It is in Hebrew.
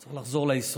צריך לחזור ליסודות,